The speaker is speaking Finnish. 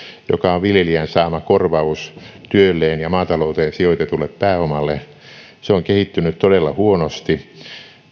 joka on viljelijän saama korvaus työstään ja ja maatalouteen sijoitetusta pääomasta on kehittynyt todella huonosti